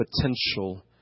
potential